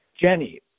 Jenny